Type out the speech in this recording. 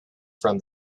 from